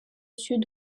sud